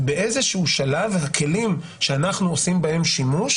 ובאיזה שהוא שלב הכלים שאנחנו עושים בהם שימוש